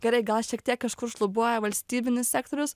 gerai gal šiek tiek kažkur šlubuoja valstybinis sektorius